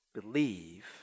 Believe